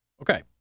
okay